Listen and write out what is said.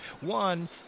One